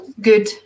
good